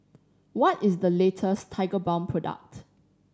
what is the latest Tigerbalm product